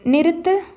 நிறுத்து